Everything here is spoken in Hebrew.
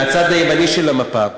מהצד הימני של המפה,